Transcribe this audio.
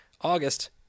August